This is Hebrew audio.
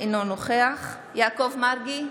אינו נוכח יעקב מרגי,